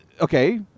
okay